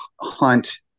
hunt